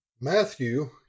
Matthew